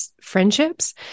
friendships